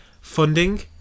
funding